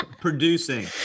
producing